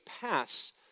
pass